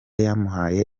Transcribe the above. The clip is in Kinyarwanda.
yamuhaye